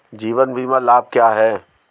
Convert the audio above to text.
जीवन बीमा लाभ क्या हैं?